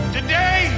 Today